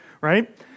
right